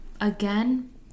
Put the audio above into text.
again